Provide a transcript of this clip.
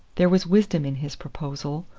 there was wisdom in his proposal,